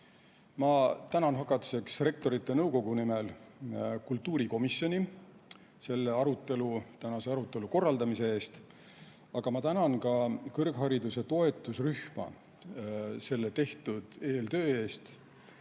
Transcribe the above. Ma tänan hakatuseks Rektorite Nõukogu nimel kultuurikomisjoni selle tänase arutelu korraldamise eest, aga ma tänan ka kõrghariduse toetusrühma tema tehtud eeltöö eest.